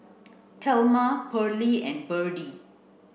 Thelma Parlee and Berdie